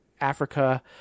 Africa